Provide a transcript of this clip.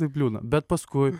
taip liūdna bet paskui